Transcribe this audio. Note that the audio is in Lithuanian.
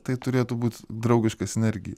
tai turėtų būt draugiška sinergija